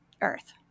earth